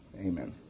Amen